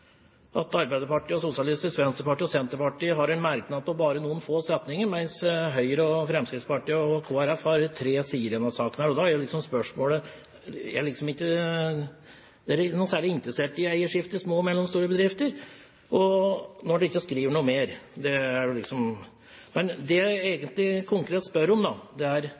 at Arbeiderpartiet, Sosialistisk Venstreparti og Senterpartiet har en merknad på bare noen få setninger, mens Høyre, Fremskrittspartiet og Kristelig Folkeparti har merknader på tre sider i denne saken. Og da er spørsmålet: Er en ikke noe særlig interessert i eierskifte i små og mellomstore bedrifter, når en ikke skriver noe mer? Men det jeg konkret ville spørre om, er: Når kommer dette? I brevet sier statsråden at det